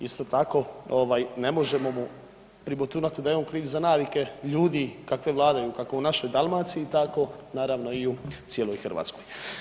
Isto tako ne možemo mu pribotunat da je on kriv za navike ljudi kakve vladaju, kako u našoj Dalmaciji tako naravno i u cijeloj Hrvatskoj.